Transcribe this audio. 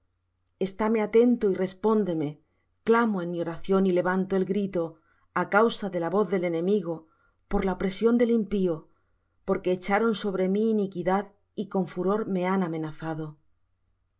súplica estáme atento y respóndeme clamo en mi oración y levanto el grito a causa de la voz del enemigo por la opresión del impío porque echaron sobre mí iniquidad y con furor me han amenazado